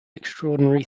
extraordinary